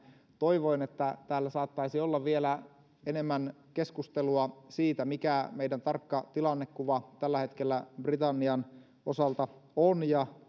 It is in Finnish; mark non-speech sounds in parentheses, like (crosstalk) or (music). toivoin että täällä saattaisi olla vielä enemmän keskustelua siitä mikä meidän tarkka tilannekuvamme tällä hetkellä britannian osalta on ja (unintelligible)